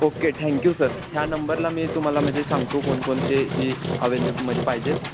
okay thank you sir ह्या नंबरला मी तुम्हाला म्हणजे सांगतो कोणकोणते ही अवेलेब म्हणजे पाहिजेत